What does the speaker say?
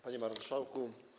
Panie Marszałku!